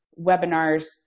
webinars